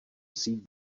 síť